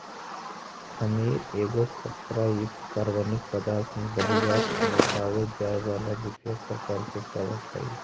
खमीर एगो शर्करा युक्त कार्बनिक पदार्थ में बहुतायत में पाबे जाए बला विशेष प्रकार के कवक हई